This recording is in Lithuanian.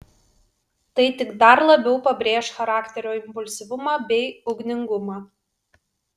tai tik dar labiau pabrėš charakterio impulsyvumą bei ugningumą